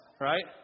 Right